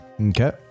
Okay